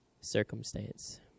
circumstance